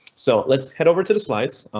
so let's head over to the slides.